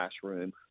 classroom